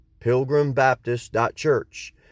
pilgrimbaptist.church